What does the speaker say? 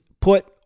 put